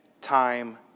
time